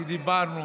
דיברנו.